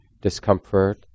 discomfort